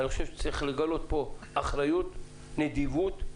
אני חושב שצריך לגלות פה אחריות, נדיבות,